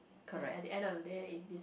ya at the end of the day is this